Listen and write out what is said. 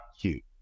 cute